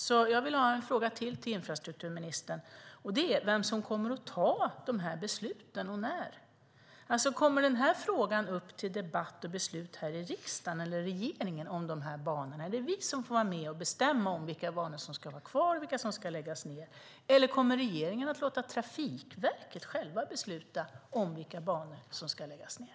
Jag har ytterligare en fråga till ministern: Vem är det som kommer att ta besluten och när? Kommer den här frågan upp till debatt och beslut i riksdagen eller i regeringen? Är det vi som får vara med och bestämma vilka banor som ska vara kvar och vilka som ska läggas ned? Eller kommer regeringen att låta Trafikverket besluta vilka banor som ska läggas ned?